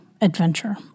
adventure